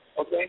Okay